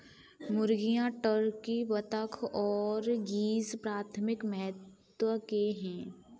मुर्गियां, टर्की, बत्तख और गीज़ प्राथमिक महत्व के हैं